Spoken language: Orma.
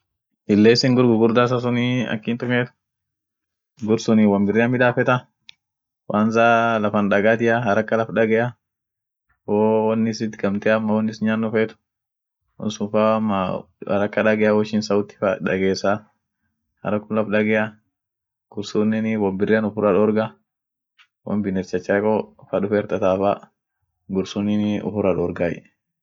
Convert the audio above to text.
Hillesin gur gugurda isa sunii ak in tumiet, gur sunii won birrian midafeeta kwanza lafan dagatia, haraka laf dagea, wo-won isit gamte ama won is nyanno feet won sun fa ama haraka dagea woishin sauti fa dagessa harakum laf dagea akusunenii won birrian uffirra dorga won biness chachareko fa duffe irr tataay fa gursunii uffira dorgaay.